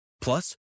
Plus